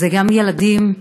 זה גם ילדים אשכנזים,